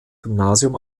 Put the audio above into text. gymnasium